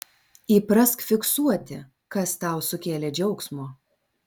įprask fiksuoti kas tau sukėlė džiaugsmo